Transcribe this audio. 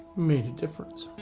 made a difference.